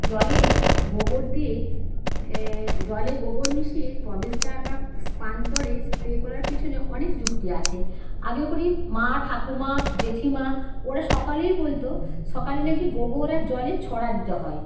জলে গোবর দিয়ে জলে গোবর মিশিয়ে প্রবেশদ্বার বা প্রান্তরে স্প্রে করার পিছনে অনেক যুক্তি আছে আগে করি মা ঠাকুমা জেঠিমা ওরা সকলেই বলতো সকালে না কি গোবর আর জলের ছড়া দিতে হয়